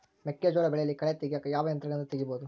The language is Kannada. ಮೆಕ್ಕೆಜೋಳ ಬೆಳೆಯಲ್ಲಿ ಕಳೆ ತೆಗಿಯಾಕ ಯಾವ ಯಂತ್ರಗಳಿಂದ ತೆಗಿಬಹುದು?